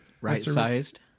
Right-sized